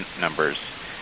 numbers